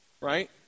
right